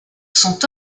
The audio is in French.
sont